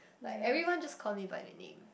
like everyone just call me by the name